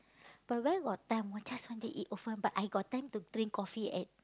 but where got time I just want to eat hor fun but I got time to drink coffee at